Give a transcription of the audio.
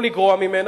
או לגרוע ממנה.